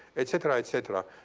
et cetera, et cetera.